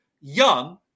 young